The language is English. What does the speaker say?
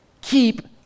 keep